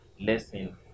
lesson